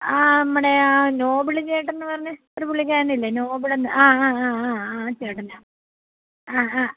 ആ നമ്മടെ ആ നോബിള് ചേട്ടൻ എന്നു പറഞ്ഞ ഒരു പുള്ളിക്കാരനില്ലേ നോബിളെന്ന് ആ ആ ആ ആ ആ ചേട്ടനാണ് ആ ആ